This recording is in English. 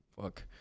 Fuck